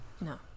No